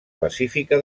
pacífica